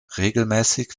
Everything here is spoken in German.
regelmäßig